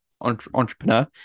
entrepreneur